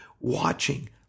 watching